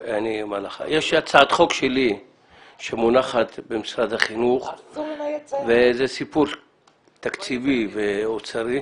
יש הצעת חוק שלי שמונחת במשרד החינוך וזה סיפור תקציבי ואוצרי,